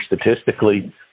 statistically